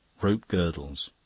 rope girdles.